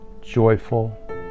joyful